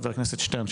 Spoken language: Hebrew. חבר הכנסת שטרן,